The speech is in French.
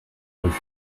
rue